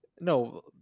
No